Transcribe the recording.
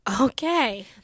Okay